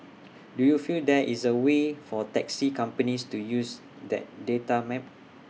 do you feel there is A way for taxi companies to use that data map